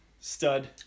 stud